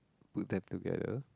good time together